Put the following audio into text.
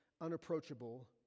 unapproachable